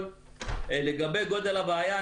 לגבי גודל הבעיה,